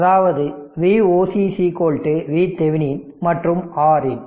அதாவது Voc VThevenin மற்றும் Rin